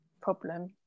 problem